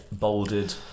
bolded